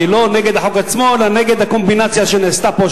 לא נגד החוק עצמו אלא נגד הקומבינציה שנעשתה פה,